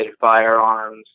firearms